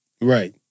Right